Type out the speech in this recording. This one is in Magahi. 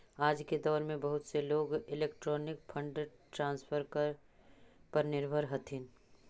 आज के दौर में बहुत से लोग इलेक्ट्रॉनिक फंड ट्रांसफर पर निर्भर हथीन